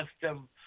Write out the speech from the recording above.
system